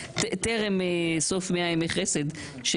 טרם סוף 100 ימי חסד.